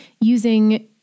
using